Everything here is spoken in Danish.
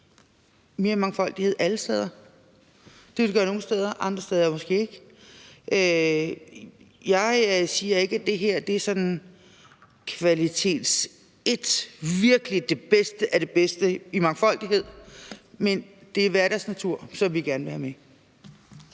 mere mangfoldighed alle steder. Det vil det gøre nogle steder, men måske ikke andre steder. Jeg siger ikke, at det her er første kvalitet og virkelig det bedste af det bedste i mangfoldighed, men det er hverdagsnatur, som vi gerne vil have med.